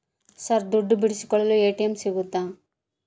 Sir ದುಡ್ಡು ಬಿಡಿಸಿಕೊಳ್ಳಲು ATM ಸಿಗುತ್ತಾ?